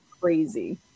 crazy